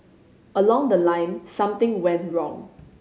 along the line something went wrong